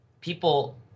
people